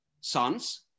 sons